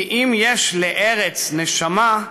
כי אם יש לארץ נשמה,